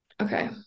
Okay